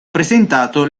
presentato